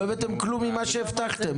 לא הבאתם כלום ממה שהבטחתם,